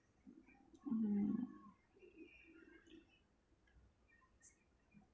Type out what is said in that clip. mm